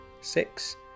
six